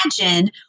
imagine